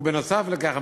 נוסף על כך,